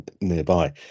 nearby